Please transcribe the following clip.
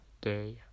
day